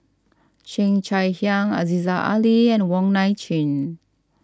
Cheo Chai Hiang Aziza Ali and Wong Nai Chin